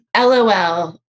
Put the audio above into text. LOL